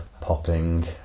Popping